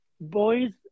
boys